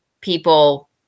people